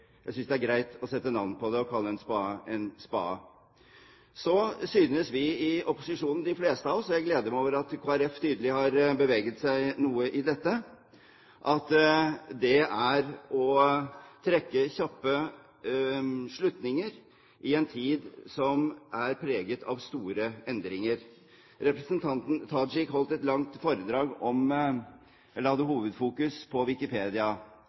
Jeg synes det er greit å sette navn på det og kalle en spade en spade. Så synes vi i opposisjonen, de fleste av oss – jeg gleder meg over at Kristelig Folkeparti tydeligvis har beveget seg noe i dette – at det er å trekke kjappe slutninger i en tid som er preget av store endringer. Representanten Tajik hadde hovedfokus på Wikipedia. Nei, dette er ikke noe angrep på Wikipedia.